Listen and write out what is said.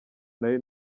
nari